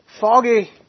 foggy